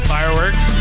Fireworks